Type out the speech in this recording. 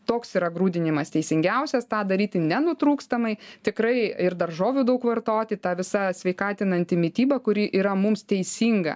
toks yra grūdinimas teisingiausias tą daryti nenutrūkstamai tikrai ir daržovių daug vartoti ta visa sveikatinanti mityba kuri yra mums teisinga